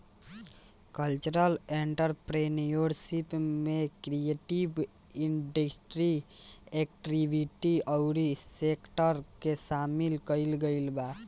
cultural entrepreneurship में creative industry activity अउरी sector के सामिल कईल गईल बा